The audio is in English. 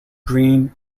green